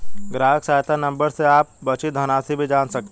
ग्राहक सहायता नंबर से आप बची धनराशि भी जान सकते हैं